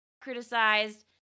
Criticized